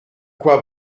quoi